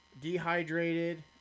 dehydrated